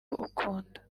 ukunda